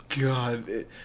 God